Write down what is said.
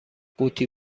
قوطی